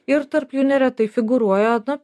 ir tarp jų neretai figūruoja na